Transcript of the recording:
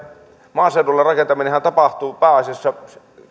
maaseudulle rakentaminenhan tapahtuu pääasiassa käyttämällä